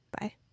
Bye